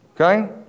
Okay